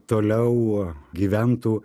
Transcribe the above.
toliau gyventų